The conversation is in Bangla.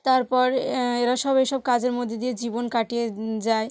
তারপর এরা সব এসব কাজের মধ্যে দিয়ে জীবন কাটিয়ে যায়